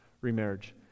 remarriage